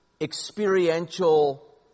experiential